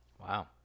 Wow